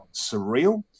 surreal